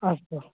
अस्तु